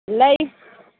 ꯂꯩ